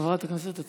חברת הכנסת, את